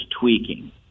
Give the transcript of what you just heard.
tweaking